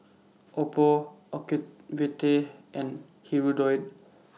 Oppo Ocuvite and Hirudoid